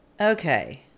Okay